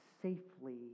safely